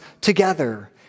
together